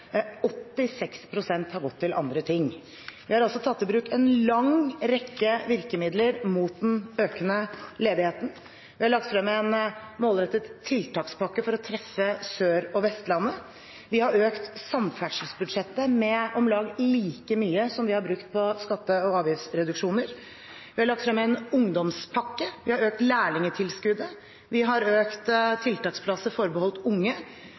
har gått til andre ting. Vi har tatt i bruk en lang rekke virkemidler mot den økende ledigheten: Vi har lagt frem en målrettet tiltakspakke for å treffe Sør- og Vestlandet. Vi har økt samferdselsbudsjettet med om lag like mye som vi har brukt på skatte- og avgiftsreduksjoner. Vi har lagt frem en ungdomspakke. Vi har økt lærlingtilskuddet. Vi har økt antall tiltaksplasser forbeholdt unge.